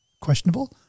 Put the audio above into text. questionable